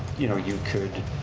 you know you could,